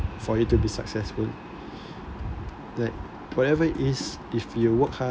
for it to be successful that whatever it is if you work hard